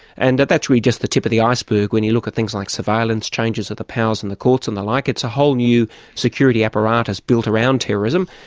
and that's really just the tip of the iceberg, when you look at things like surveillance changes to the powers in the courts and the like, it's a whole new security apparatus built around terrorism,